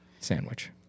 sandwich